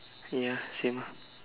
ya same ah